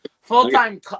Full-time